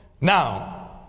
Now